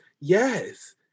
yes